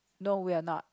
no we are not